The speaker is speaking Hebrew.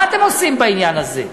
מה אתם עושים בעניין הזה?